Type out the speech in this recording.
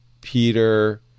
Peter